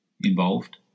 involved